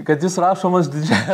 kad jis rašomas didžiąja